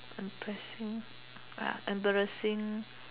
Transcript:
embarrassing ya embarrassing